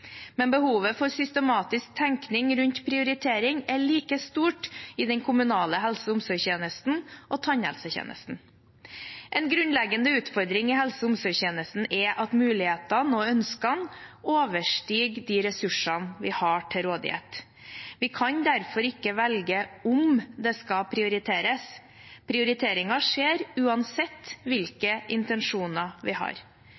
Men behovet for systematisk tenkning rundt prioritering er like stort i den kommunale helse- og omsorgstjenesten og tannhelsetjenesten. En grunnleggende utfordring i helse- og omsorgstjenesten er at mulighetene og ønskene overstiger de ressursene vi har til rådighet. Vi kan derfor ikke velge om det skal prioriteres – prioriteringer skjer uansett hvilke intensjoner vi har.